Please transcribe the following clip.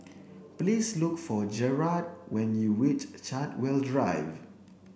please look for Jerrad when you reach Chartwell Drive